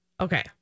Okay